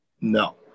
No